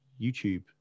YouTube